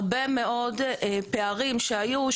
הרבה מאוד פערים שהיו,